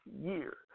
year